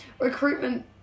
recruitment